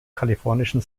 kalifornischen